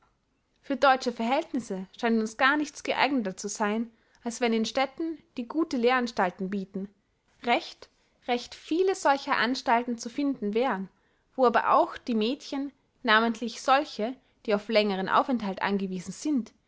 für deutsche verhältnisse scheint uns gar nichts geeigneter zu sein als wenn in städten die gute lehranstalten bieten recht recht viele solcher anstalten zu finden wären wo aber auch die mädchen namentlich solche die auf längeren aufenthalt angewiesen sind